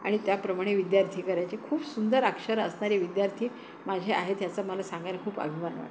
आणि त्याप्रणे विद्यार्थी करायचे खूप सुंदर अक्षर असणारे विद्यार्थी माझे आहे त्याचं मला सांगायला खूप अभिमान वाटतो